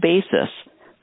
basis